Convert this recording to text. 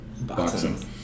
boxing